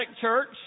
church